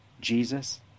Jesus